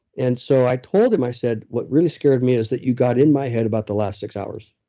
and so, i told him, i said, what really scared me is that you got in my head about the last six hours.